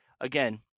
Again